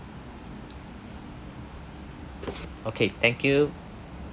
okay thank you